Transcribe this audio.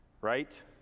Right